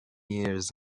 years